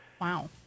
Wow